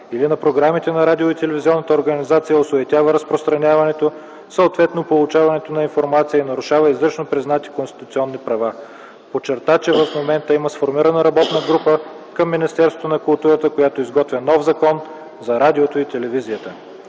организация осуетява разпространяването, съответно получаването на информация и нарушава изрично признати конституционни права. Подчерта, че в момента има сформирана работна група към Министерството на културата, която изготвя нов Закон за радиото и телевизията.